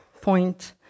point